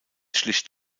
schlicht